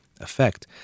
effect